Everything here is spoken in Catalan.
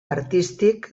artístic